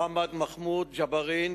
מחמוד ומוחמד ג'בארין,